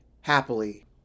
happily